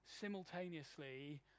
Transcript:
simultaneously